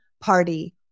party